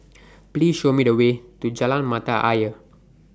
Please Show Me The Way to Jalan Mata Ayer